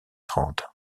trente